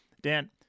dan